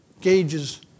gauges